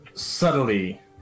subtly